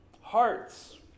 Hearts